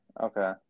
Okay